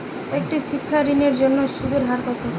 একটি শিক্ষা ঋণের জন্য সুদের হার কত?